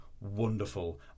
wonderful